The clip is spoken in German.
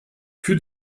für